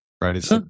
right